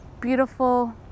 beautiful